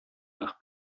nach